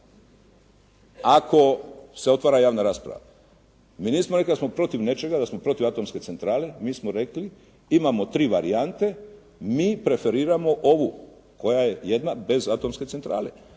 ako se otvara javna rasprava. Mi nismo rekli da smo protiv nečega, da smo protiv atomske centrale, mi smo rekli, imamo tri varijante, mi preferiramo ovu koja je jedna bez atomske centrale.